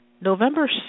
November